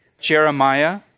Jeremiah